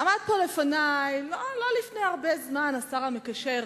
עמד פה לא לפני הרבה זמן השר המקשר,